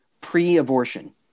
pre-abortion